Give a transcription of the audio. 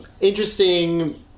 interesting